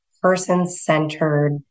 person-centered